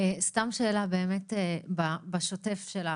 בשוטף שלך,